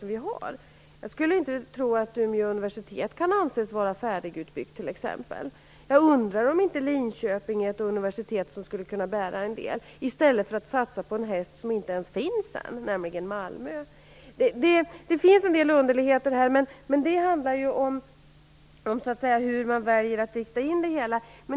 Jag skulle t.ex. inte tro att Umeå universitet kan anses vara färdigutbyggt. Jag undrar om inte Linköping är ett universitet som skulle kunna bära en del. I stället satsar man på en häst om inte finns än - nämligen Det finns en del underligheter här. Det handlar ju så att säga om hur man väljer att rikta in det hela.